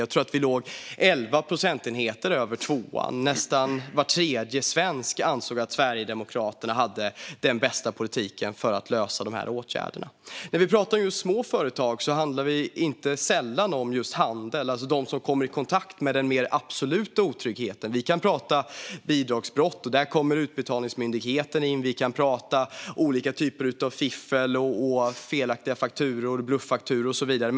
Jag tror att vi låg 11 procentenheter över tvåan, och nästan var tredje svensk ansåg att Sverigedemokraterna hade den bästa politiken för att lösa dessa frågor. När vi pratar om småföretag handlar det inte sällan om just handeln eftersom de kommer kontakt med den mer absoluta otryggheten. Vi kan prata bidragsbrott, och där kommer den föreslagna utbetalningsmyndigheten in. Vi kan prata olika typer av fiffel, felaktiga fakturor, bluffakturor och så vidare.